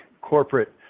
corporate